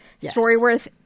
StoryWorth